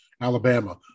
Alabama